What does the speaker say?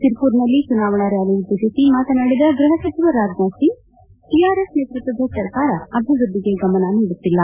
ಸಿರ್ಪುರ್ನಲ್ಲಿ ಚುನಾವಣಾ ರ್ನಾಲಿ ಉದ್ದೇಶಿಸಿ ಮಾತನಾಡಿದ ಗೃಹ ಸಚಿವ ರಾಜನಾಥ್ ಸಿಂಗ್ ಟಿಆರ್ಎಸ್ ನೇತೃತ್ವದ ಸರ್ಕಾರ ಅಭಿವೃದ್ದಿಗೆ ಗಮನ ನೀಡುತ್ತಿಲ್ಲ